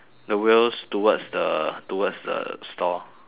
the wheels towards the towards the store